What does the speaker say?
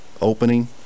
opening